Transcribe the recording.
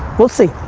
we'll see.